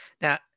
Now